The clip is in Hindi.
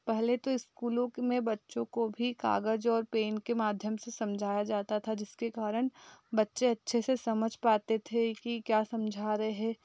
पहले तो स्कूलों में बच्चों को भी कागज़ और पेन के माध्यम से समझाया जाता था जिसके कारण बच्चे अच्छे से समझ पाए थे कि क्या समझा रहे